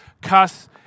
cuss